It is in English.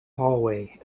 hallway